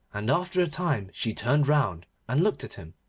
and after a time she turned round and looked at him,